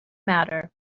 matter